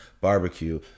barbecue